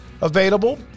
available